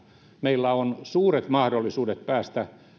meillä on suuret mahdollisuudet päästä